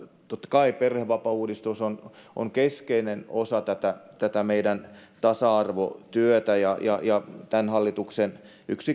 totta kai perhevapaauudistus on on keskeinen osa tätä tätä meidän tasa arvotyötä ja on yksi tämän hallituksen